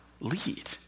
lead